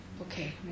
okay